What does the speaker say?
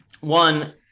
one